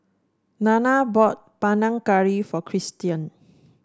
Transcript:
Nana bought Panang Curry for Christion